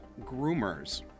Groomers